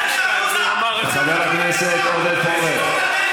אז אדוני,